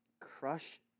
crush